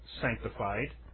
sanctified